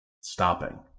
stopping